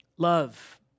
Love